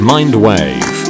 MindWave